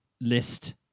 list